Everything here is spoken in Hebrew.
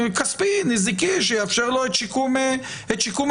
כספי, נזיקי, שיאפשר לו את שיקום הפגיעה.